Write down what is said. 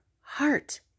heart